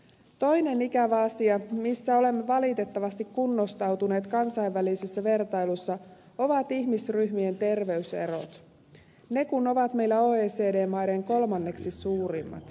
toinen ikävä asia jossa olemme valitettavasti kunnostautuneet kansainvälisessä vertailussa on ihmisryhmien terveyserot ne kun ovat meillä oecd maiden kolmanneksi suurimmat